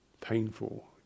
painful